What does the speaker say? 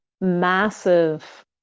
massive